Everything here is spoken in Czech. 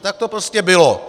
Tak to prostě bylo!